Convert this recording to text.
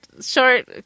short